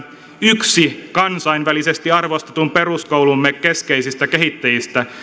yksi kansainvälisesti arvostetun peruskoulumme keskeisistä kehittäjistä